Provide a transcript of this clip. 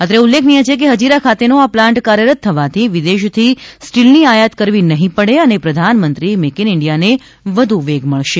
અત્રે ઉલ્લેખનીય છે કે હજીરા ખાતેનો આ પ્લાન્ટ કાર્યરત થવાથી વિદેશથી સ્ટીલની આયાત કરવી નહીં પડે અને પ્રધાનમંત્રી મેઇક ઇન ઇન્ડિયા ને વધુ વેગ મળશે